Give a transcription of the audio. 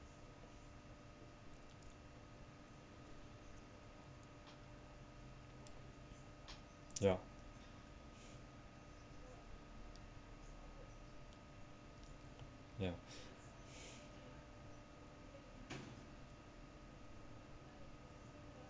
ya ya